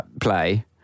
play